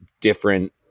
different